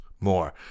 more